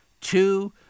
Two